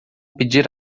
pedir